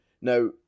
Now